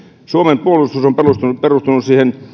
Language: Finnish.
suomen puolustus on perustunut perustunut